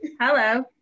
Hello